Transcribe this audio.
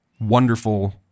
wonderful